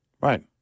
Right